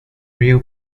real